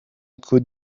could